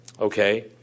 Okay